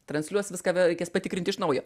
transliuos viską vėl reikės patikrinti iš naujo